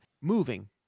moving